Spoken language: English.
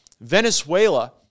Venezuela